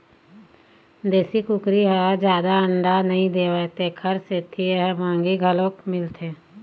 देशी कुकरी ह जादा अंडा नइ देवय तेखर सेती ए ह मंहगी घलोक मिलथे